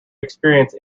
experience